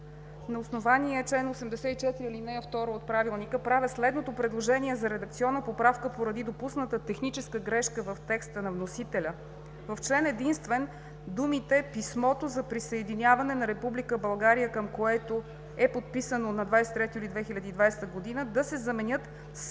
на основание чл. 84, ал. 2 от Правилника правя следното предложение за редакционна поправка поради допусната техническа грешка в текста на вносителя. В член единствен думите „писмото за присъединяване на Република България, към което е подписано на 23 юли 2020 г.“ да се заменят с